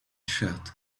shirt